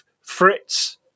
Fritz